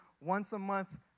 once-a-month